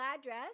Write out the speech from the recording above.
address